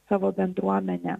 savo bendruomene